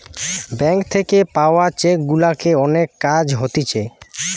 bank থাকে পাওয়া cheque গুলাতে অনেক কাজ হতিছে